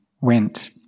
went